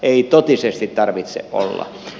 ei totisesti tarvitse olla